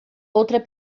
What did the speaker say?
outra